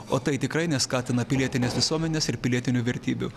o tai tikrai neskatina pilietinės visuomenės ir pilietinių vertybių